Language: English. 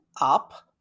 Up